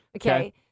Okay